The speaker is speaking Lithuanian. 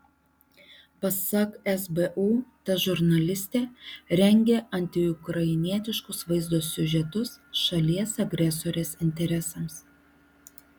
pasak sbu ta žurnalistė rengė antiukrainietiškus vaizdo siužetus šalies agresorės interesams